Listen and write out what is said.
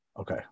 Okay